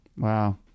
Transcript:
Wow